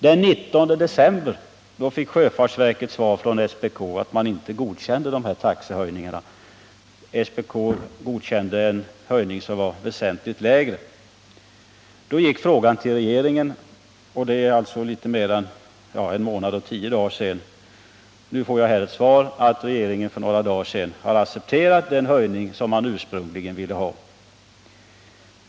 Den 19 december fick sjöfartsverket svar från SPK, innebärande att SPK inte godkände de begärda taxehöjningarna. SPK godkände endast en väsentligt lägre höjning. Då gick frågan till regeringen för en månad och tio dagar sedan. Nu får jag det svaret att regeringen för några dagar sedan har accepterat den höjning som hamnarna ursprungligen ville ha.